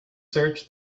search